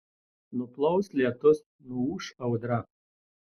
nuplaus lietus nuūš audra